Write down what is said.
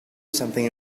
something